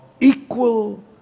equal